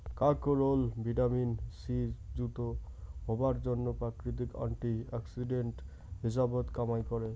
কাকরোল vitamin C যুত হবার জইন্যে প্রাকৃতিক অ্যান্টি অক্সিডেন্ট হিসাবত কামাই করে